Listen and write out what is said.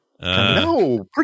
No